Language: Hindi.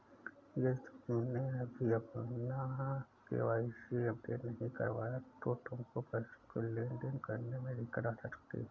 यदि तुमने अभी अपना के.वाई.सी अपडेट नहीं करवाया तो तुमको पैसों की लेन देन करने में दिक्कत आ सकती है